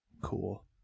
cool